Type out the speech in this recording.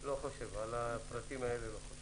לא חושב שבפרטים האלה צריך